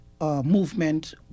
movement